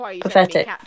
pathetic